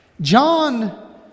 John